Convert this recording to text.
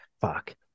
fuck